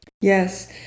yes